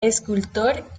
escultor